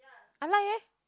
I like leh